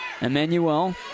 Emmanuel